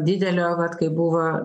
didelio vat kaip buvo